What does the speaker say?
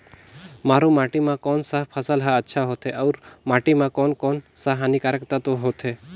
मारू माटी मां कोन सा फसल ह अच्छा होथे अउर माटी म कोन कोन स हानिकारक तत्व होथे?